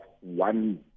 one